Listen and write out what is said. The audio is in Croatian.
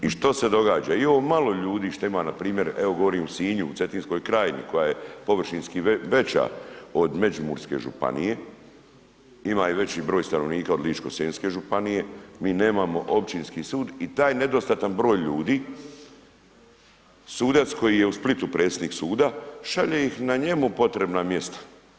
I što se događa, i ovo malo ljudi što ima, npr. evo gore u Sinju u Cetinskoj krajini, koja je površinski veća od Međimurske županije, ima i veći broj stanovnika od Ličko-senjske županije, mi nemamo općinski sud i taj nedostatan broj ljudi, sudac koji je u Splitu predsjednik suda, šalje ih na njemu potrebna mjesta.